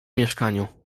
mieszkaniu